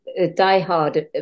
diehard